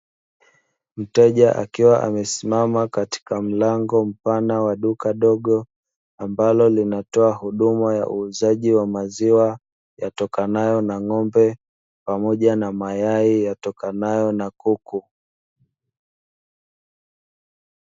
Mteja akiwa amesimama katika mlango wa duka dogo, ambalo linatoa huduma ya uuzaji wa maziwa yatokanayo na ng’ombe pamoja na mayai yatokanayo na kuku.